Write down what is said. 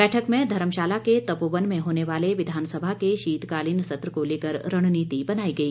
बैठक में धर्मशाला के तपोवन में होने वाले विधानसभा के शीतकालीन सत्र को लेकर रणनीति बनाई गई